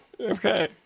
Okay